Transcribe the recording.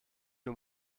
nur